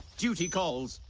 duty calls,